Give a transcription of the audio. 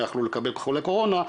לא יכלו לקבל חולה קורונה,